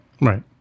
Right